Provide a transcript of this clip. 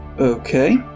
Okay